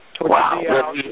Wow